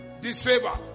disfavor